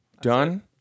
done